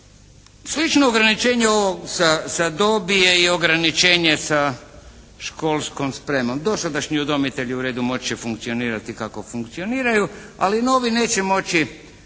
Slično ograničenje sa dobi je i ograničenje sa školskom spremom. Dosadašnji udomitelji u redu moći će funkcionirati kako funkcioniraju ali novi neće moći